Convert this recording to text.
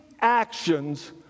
actions